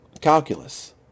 calculus